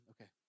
Okay